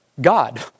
God